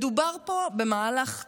מדובר פה במהלך ציני,